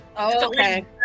Okay